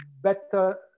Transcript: better